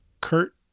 Kurt